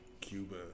Cuba